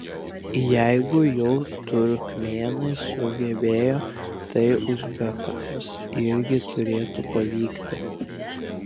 jeigu jau turkmėnai sugebėjo tai uzbekams irgi turėtų pavykti